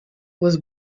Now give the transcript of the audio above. was